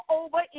over